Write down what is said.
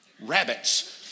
Rabbits